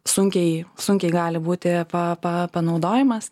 sunkiai sunkiai gali būti pa pa panaudojamas